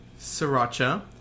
sriracha